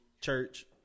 church